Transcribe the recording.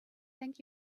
thank